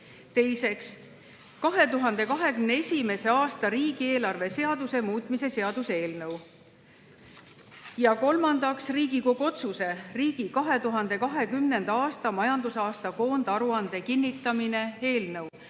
Teiseks, 2021. aasta riigieelarve seaduse muutmise seaduse eelnõu. Ja kolmandaks, Riigikogu otsuse "Riigi 2020. aasta majandusaasta koondaruande kinnitamine" eelnõu.